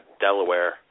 Delaware